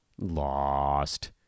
Lost